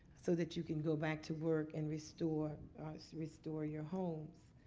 so that you can go back to work and restore so restore your homes.